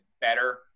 better